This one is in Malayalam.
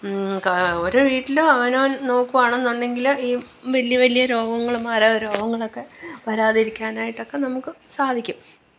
ക ഒരു വീട്ടില് അവനോന് നോക്കുവാണെന്നുണ്ടെങ്കില് ഈ വലിയ വലിയ രോഗങ്ങളൊന്നും പരാ രോഗങ്ങളൊക്കെ വരാതിരിക്കാനായിട്ടൊക്കെ നമുക്ക് സാധിക്കും